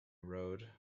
road